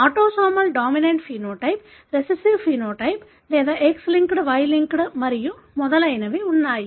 autosomal dominant phenotype recessive phenotype లేదా X linked Y linked మరియు మొదలైనవి ఉన్నాయి